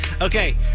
Okay